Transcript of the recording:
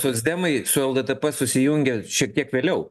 socdemai su lddp susijungia šiek tiek vėliau